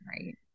Right